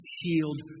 healed